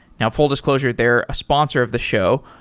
and full disclosure, they're a sponsor of the show,